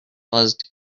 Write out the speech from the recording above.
buzzed